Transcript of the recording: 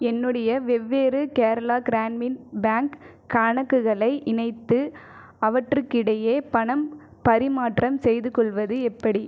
என்னுடைய வெவ்வேறு கேரளா கிராமின் பேங்க் கணக்குகளை இணைத்து அவற்றுக்கிடையே பணம் பரிமாற்றம் செய்துகொள்வது எப்படி